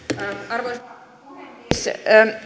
arvoisa rouva puhemies